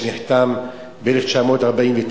שנחתם ב-1949,